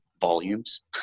volumes